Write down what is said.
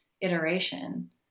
iteration